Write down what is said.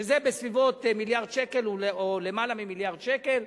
שזה בסביבות מיליארד שקל או יותר ממיליארד שקל.